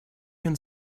can